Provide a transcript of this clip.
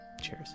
Cheers